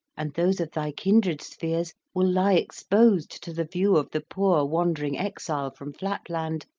and those of thy kindred spheres, will lie exposed to the view of the poor wandering exile from flatland,